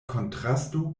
kontrasto